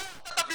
אתה?